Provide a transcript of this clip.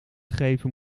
geven